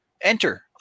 Enter